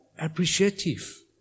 appreciative